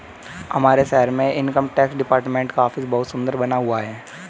हमारे शहर में इनकम टैक्स डिपार्टमेंट का ऑफिस बहुत सुन्दर बना हुआ है